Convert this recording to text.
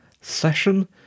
session